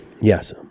Yes